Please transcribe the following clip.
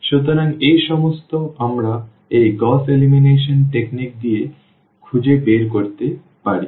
সুতরাং এই সমস্ত আমরা এই গউস এলিমিনেশন কৌশল দিয়ে এটি খুঁজে বের করতে পারি